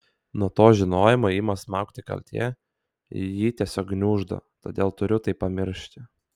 nuo to žinojimo ima smaugti kaltė ji tiesiog gniuždo todėl turiu tai pamiršti